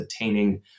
attaining